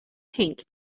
pink